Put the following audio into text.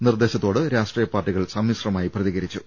നിർദ്ദേശത്തോട് രാഷ്ട്രീയപാർട്ടികൾ സമ്മിശ്രമായി പ്രതികരിച്ചു